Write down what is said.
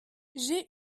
j’ai